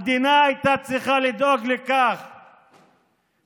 המדינה הייתה צריכה לדאוג לכך שהילדים,